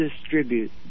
distribute